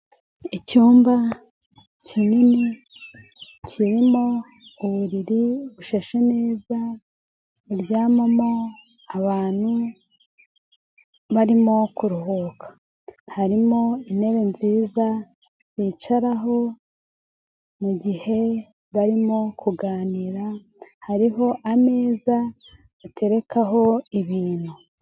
Icyumba kinini kirimo uburiri bushashe neza baryamamo abantu barimo kuruhuka .Harimo intebe nziza bicaraho mugihe barimo kuganira, hariho ameza baterekaho ibintu.